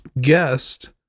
guest